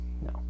No